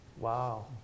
wow